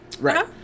right